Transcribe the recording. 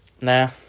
Nah